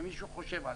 שמישהו חושב עליהם.